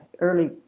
early